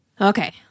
Okay